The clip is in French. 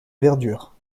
verdure